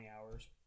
hours